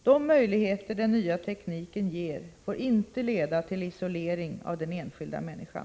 De möjligheter den nya tekniken ger får inte leda till isolering av den enskilda människan.